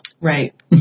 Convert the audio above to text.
Right